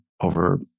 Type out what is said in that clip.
over